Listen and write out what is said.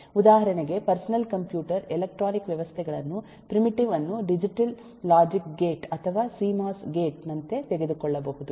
ಉದಾಹರಣೆಗೆ personal computer electronic ವ್ಯವಸ್ಥೆಗಳನ್ನು primitive ಅನ್ನು ಡಿಜಿಟಲ್ ಲಾಜಿಕ್ ಗೇಟ್ ಅಥವಾ C M O S gate ನಂತೆ ತೆಗೆದುಕೊಳ್ಳಬಹುದು